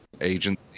agency